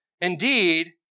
Indeed